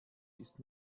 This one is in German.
ist